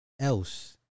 else